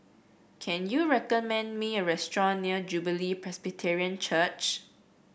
can you recommend me a restaurant near Jubilee Presbyterian Church